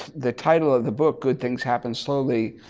the title of the book good things happen slowly